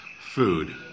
food